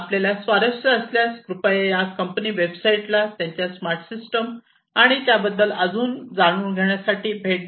आपल्याला स्वारस्य असल्यास कृपया या कंपनी वेबसाइटना त्यांच्या स्मार्ट सिस्टम आणि त्याबद्दल अधिक जाणून घेण्यासाठी भेट द्या